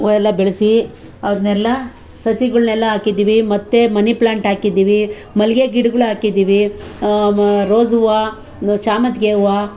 ಹೂವು ಎಲ್ಲ ಬೆಳೆಸಿ ಅದನ್ನೆಲ್ಲ ಸಸಿಗಳನ್ನೆಲ್ಲ ಹಾಕಿದ್ದೀವಿ ಮತ್ತೆ ಮನಿ ಪ್ಲಾಂಟ್ ಹಾಕಿದ್ದೀವಿ ಮಲ್ಲಿಗೆ ಗಿಡ್ಗಳು ಹಾಕಿದ್ದೀವಿ ರೋಸ್ ಹೂವು ಸೇವಂತಿಗೆ ಹೂವು